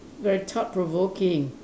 very thought provoking